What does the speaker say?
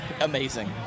Amazing